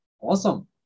Awesome